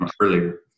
earlier